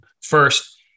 First